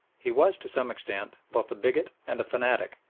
he was, to some extent, both a bigot and a fanatic,